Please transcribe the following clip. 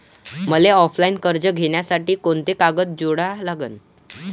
मले ऑफलाईन कर्ज घ्यासाठी कोंते कागद जोडा लागन?